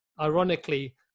ironically